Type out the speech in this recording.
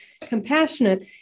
compassionate